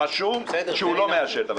רשום שהוא לא מאשר את הוועדה.